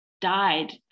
died